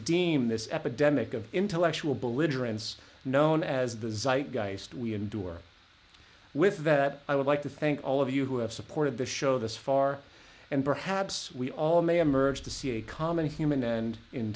redeem this epidemic of intellectual belligerence known as the zeit geist we endure with that i would like to thank all of you who have supported the show this far and perhaps we all may emerge to see a common human and in